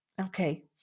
Okay